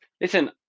listen